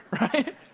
right